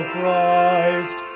Christ